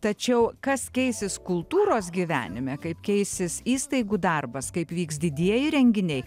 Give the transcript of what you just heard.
tačiau kas keisis kultūros gyvenime kaip keisis įstaigų darbas kaip vyks didieji renginiai